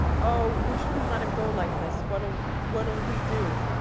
oh, we shouldn't let him go like this. what'll we what'll we do?